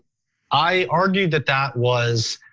i argued that that was